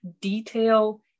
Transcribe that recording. detail